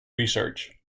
research